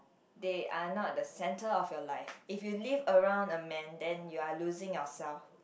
they are not the centre of your life if you live around a man then you're losing yourself